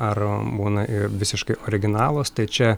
ar būna visiškai originalūs tai čia